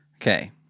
Okay